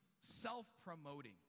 self-promoting